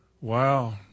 Wow